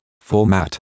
format